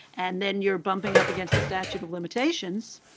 and then you're bumping up against the statute of limitations.